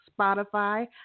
Spotify